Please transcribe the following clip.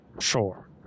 sure